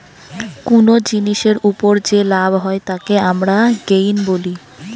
কুনো জিনিসের উপর যে লাভ হয় তাকে আমরা গেইন বলি